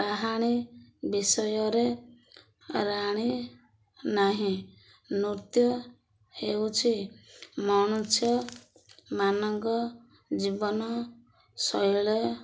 କାହାଣୀ ବିଷୟରେ ରାଣୀ ନାହିଁ ନୃତ୍ୟ ହେଉଛି ମଣୁଷ୍ୟମାନଙ୍କ ଜୀବନ ଶୈଳ